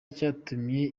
yatumye